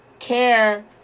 care